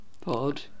Pod